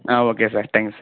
ah okay sir thank you sir